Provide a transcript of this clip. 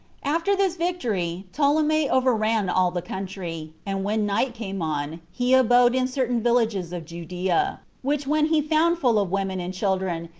after this victory, ptolemy overran all the country and when night came on, he abode in certain villages of judea, which when he found full of women and children,